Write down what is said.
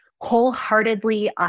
wholeheartedly